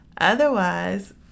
Otherwise